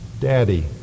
Daddy